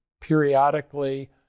periodically